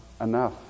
enough